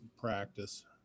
practice